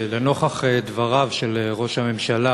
לנוכח דבריו של ראש הממשלה